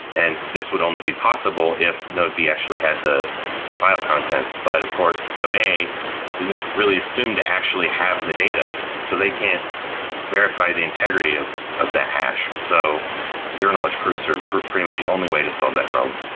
and this would only be possible if node b actually had the the file contents but of course, node a isn't really assumed to actually have the data so they can't verify the integrity of the hash. so zero knowledge proofs are pretty much the only way to solve that problem